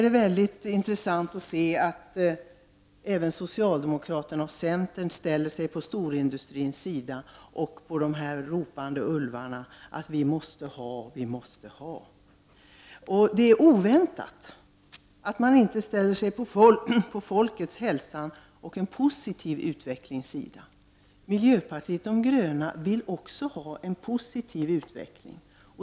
Det är intressant att notera att även socialdemokraterna och centern ställer sig på storindustrins sida, på samma sida som de ulvar som ropar ”Vi måste ha, vi måste ha!”. Det är oväntat att dessa partier inte ställer sig på samma sida som folket, hälsan och en positiv utveckling. Miljöpartiet de gröna vill också ha en positiv utveckling.